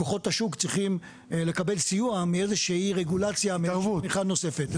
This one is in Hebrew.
כוחות השוק צריכים לקבל סיוע מאיזשהי רגולציה או מאיזשהי תמיכה נוספת.